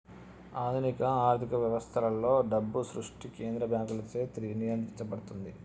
ఆధునిక ఆర్థిక వ్యవస్థలలో, డబ్బు సృష్టి కేంద్ర బ్యాంకులచే నియంత్రించబడుతుంది